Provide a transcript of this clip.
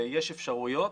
ויש אפשרויות,